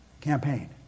campaign